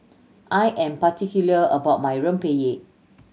I am particular about my Rempeyek